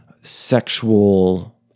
sexual